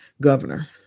governor